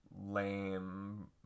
lame